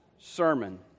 Sermon